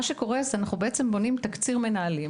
מה שקורה זה שאנחנו בעצם בונים תקציר מנהלים